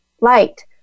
light